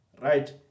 right